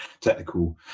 technical